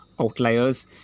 outliers